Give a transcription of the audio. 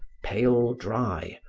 pale dry,